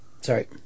Sorry